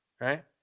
right